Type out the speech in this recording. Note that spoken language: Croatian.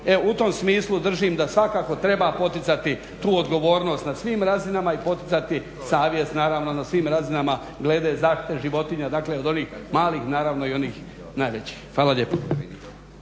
E u tom smislu držim da svakako treba poticati tu odgovornost na svim razinama i poticati savjest naravno na svim razinama glede zaštite životinja, dakle od onih malih, dakle naravno i onih najvećih. Hvala lijepo.